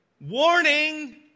warning